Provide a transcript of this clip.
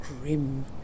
grim